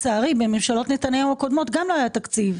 בממשלות נתניהו הקודמות גם לא היה תקציב.